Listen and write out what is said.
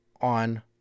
on